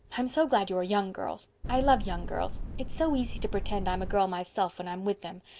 i'm so glad you are young girls. i love young girls. it's so easy to pretend i'm a girl myself when i'm with them.